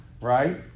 right